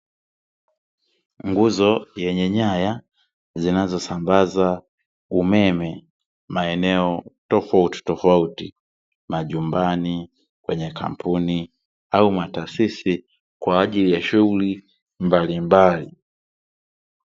Nguzo yenye nyaya zinazosambaza umeme maeneo tofautitofauti; majumbani, kwenye kampuni au mataasisi kwa ajili ya shughuli mbalimbali.